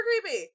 creepy